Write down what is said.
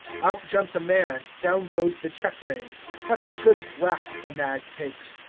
out jumps a man, down goes the check-rein. what a good draught the nag takes!